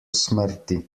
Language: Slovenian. smrti